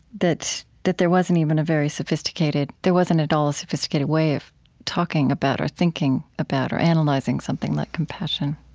that that there wasn't even a very sophisticated there wasn't at all a sophisticated way of talking about or thinking about or analyzing something like compassion